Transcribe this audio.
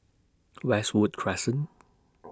Westwood Crescent